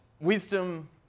wisdom